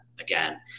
again